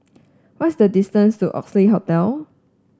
what is the distance to Oxley Hotel